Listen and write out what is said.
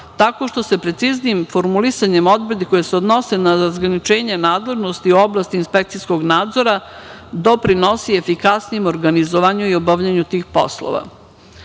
tako što se preciznijim formulisanjem odredbi koje se odnose na razgraničenje nadležnosti u oblasti inspekcijskog nadzora doprinosi efikasnijem organizovanju i obavljanju tih poslova. Takođe,